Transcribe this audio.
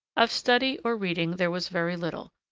of study or reading there was very little,